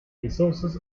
resources